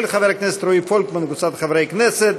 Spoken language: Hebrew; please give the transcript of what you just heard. של חבר הכנסת רועי פולקמן וקבוצת חברי הכנסת,